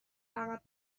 عقب